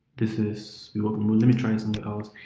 this is let me try and something else